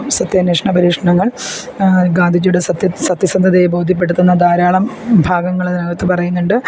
സത്യാന്വേഷണ പരീക്ഷണങ്ങൾ ഗാന്ധിജിയുടെ സത്യ സത്യസന്ധതയെ ബോധ്യപ്പെടുത്തുന്ന ധാരാളം ഭാഗങ്ങൾ ഇതിനകത്ത് പറയുന്നുണ്ട്